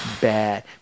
bad